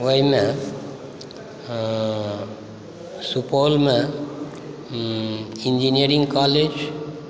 ओहिमे सुपौलमे engineering college